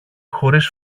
χωρίς